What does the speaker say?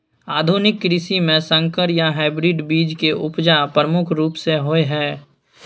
आधुनिक कृषि में संकर या हाइब्रिड बीज के उपजा प्रमुख रूप से होय हय